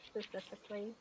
specifically